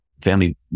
Family